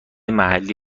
محلی